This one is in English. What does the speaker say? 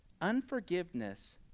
Unforgiveness